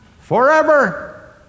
forever